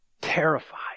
terrified